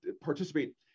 participate